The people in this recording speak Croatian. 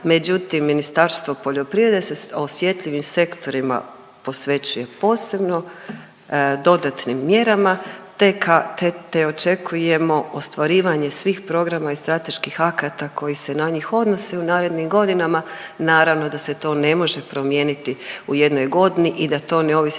međutim, Ministarstvo poljoprivrede se osjetljivim sektorima posvećuje posebno dodatnim mjerama te ka, te, te očekujemo ostvarivanje svih programa i strateških akata koji se na njih odnose u narednim godinama. Naravno da se to ne može promijeniti u jednoj godini i da to ne ovisi